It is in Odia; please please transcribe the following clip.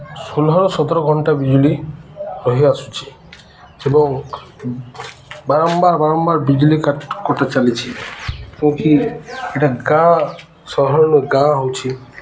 ଷୋହଳ ସତର ଘଣ୍ଟା ବିଜୁଳି ରହିଆସୁଛିି ଏବଂ ବାରମ୍ବାର ବାରମ୍ବାର ବିଜୁଳି କାଟ କଟା ଚାଲିଛି ଯେଉଁକି ଏଟା ଗାଁ ସହର ଗାଁ ହେଉଛି